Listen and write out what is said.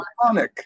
iconic